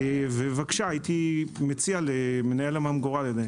הייתי מציע למנהל הממגורה לדבר.